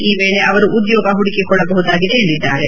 ಈ ವೇಳೆ ಅವರು ಉದ್ಯೋಗ ಹುಡುಕಿಕೊಳ್ಳಬಹುದಾಗಿದೆ ಎಂದಿದ್ದಾರೆ